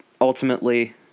ultimately